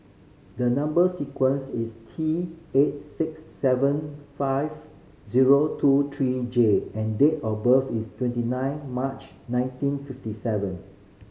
number sequence is T eight six seven five zero two three J and date of birth is twenty nine March nineteen fifty seven